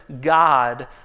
God